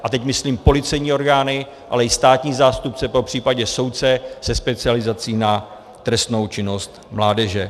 A teď myslím policejní orgány, ale i státní zástupce, popřípadě soudce se specializací na trestnou činnost mládeže.